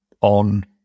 on